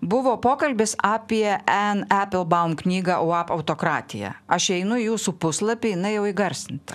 buvo pokalbis apie en eplbaum knygą uab autokratiją aš einu į jūsų puslapį jinai jau įgarsinta